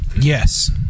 Yes